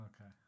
Okay